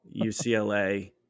UCLA